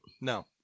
No